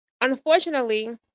Unfortunately